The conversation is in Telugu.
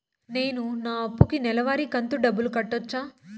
నేను నా అప్పుకి నెలవారి కంతు డబ్బులు కట్టొచ్చా?